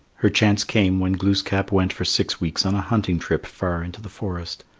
her chance came when glooskap went for six weeks on a hunting trip far into the forest.